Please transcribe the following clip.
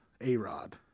A-Rod